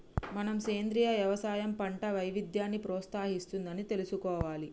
మనం సెంద్రీయ యవసాయం పంట వైవిధ్యాన్ని ప్రోత్సహిస్తుంది అని తెలుసుకోవాలి